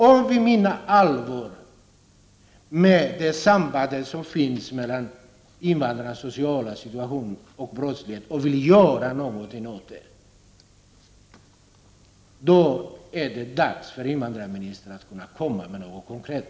Om vi menar allvar med talet om det samband som finns mellan invandrarnas sociala situation och brottslighet och vill göra någonting åt det, då är det dags för invandrarministern att komma med någonting konkret!